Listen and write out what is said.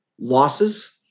losses